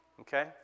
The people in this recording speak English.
okay